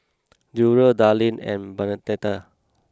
Durrell Darleen and Bernadette